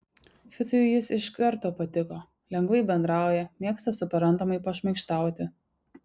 ficui jis iš karto patiko lengvai bendrauja mėgsta suprantamai pašmaikštauti